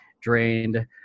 drained